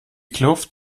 kluft